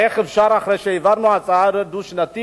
איך אפשר אחרי שהעברנו הצעה דו-שנתית,